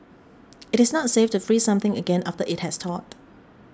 it is not safe to freeze something again after it has thawed